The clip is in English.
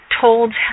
told